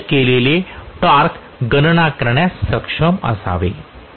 मी rate केलेले torque गणना करण्यास सक्षम असावे